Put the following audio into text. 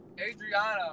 Adriana